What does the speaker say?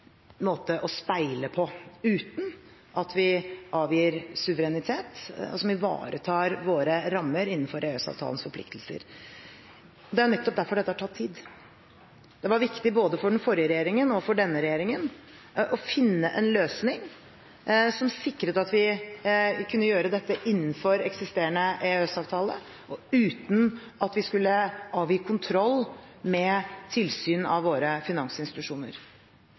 måte å speile uten at vi avgir suverenitet, og som ivaretar våre rammer innenfor EØS-avtalens forpliktelser. Det er nettopp derfor dette har tatt tid. Det var viktig både for den forrige regjeringen og for denne regjeringen å finne en løsning som sikret at vi kunne gjøre dette innenfor eksisterende EØS-avtale og uten at vi skulle avgi kontroll med tilsyn av våre finansinstitusjoner.